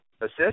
assist